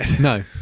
No